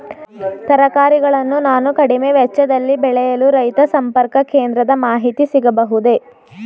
ತರಕಾರಿಗಳನ್ನು ನಾನು ಕಡಿಮೆ ವೆಚ್ಚದಲ್ಲಿ ಬೆಳೆಯಲು ರೈತ ಸಂಪರ್ಕ ಕೇಂದ್ರದ ಮಾಹಿತಿ ಸಿಗಬಹುದೇ?